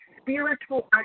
spiritual